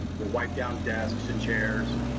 we'll wipe down desks and chairs,